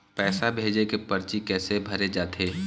पैसा भेजे के परची कैसे भरे जाथे?